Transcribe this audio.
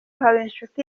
habinshuti